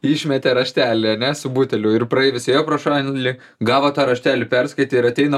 išmetė raštelį ane su buteliu ir praeivis ėjo pro šalį gavo tą raštelį perskaitė ir ateina